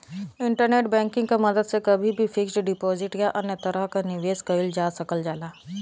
internet banking क मदद से कभी भी फिक्स्ड डिपाजिट या अन्य तरह क निवेश कइल जा सकल जाला